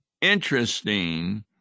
interesting